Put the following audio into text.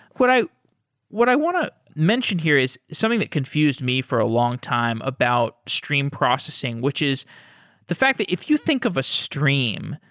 what i what i want to mention here is something that confused me for a long time about streamed processing, which is the fact that if you think of a stream,